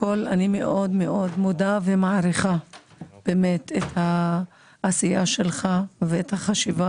אני מאוד מאוד מודה ומעריכה את העשייה שלך ואת החשיבה